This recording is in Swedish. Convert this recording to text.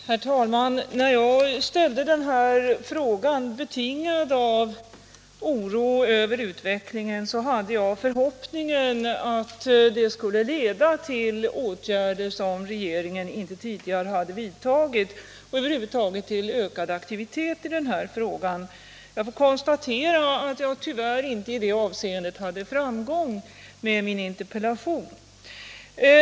Herr talman! När jag ställde den här interpellationen, betingad av oro Om utbyggnaden av över utvecklingen, hade jag förhoppningen att det skulle leda till åtgärder barnomsorgen som regeringen inte tidigare hade satt in och över huvud taget till ökad aktivitet. Jag konstaterar att jag i det avseendet tyvärr inte har haft framgång med min interpellation.